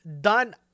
done